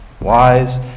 Wise